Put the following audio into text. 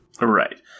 Right